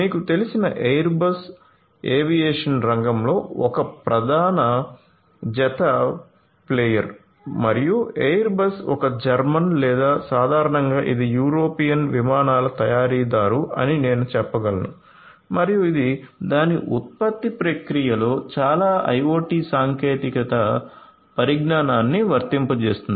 మీకు తెలిసిన Airbus aviation రంగంలో ఒక ప్రధాన జత ప్లేయర్ మరియు ఎయిర్బస్ ఒక జర్మన్ లేదా సాధారణంగా ఇది యూరోపియన్ విమానాల తయారీదారు అని నేను చెప్పగలను మరియు ఇది దాని ఉత్పత్తి ప్రక్రియలో చాలా IoT సాంకేతిక పరిజ్ఞానాన్ని వర్తింపజేస్తుంది